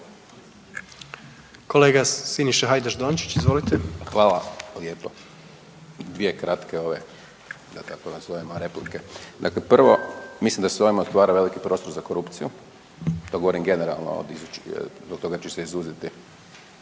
Kolega Siniša Hajdaš Dončić, izvolite. **Hajdaš Dončić, Siniša (SDP)** Hvala, dvije kratke ove da tako nazovemo replike. Dakle, prvo mislim da se ovim otvara veliki prostor za korupciju, to govorim generalno zbog toga ću se izuzeti,